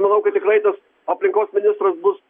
manau kad tikrai tas aplinkos ministras bus